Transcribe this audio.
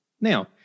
now